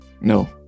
no